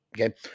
okay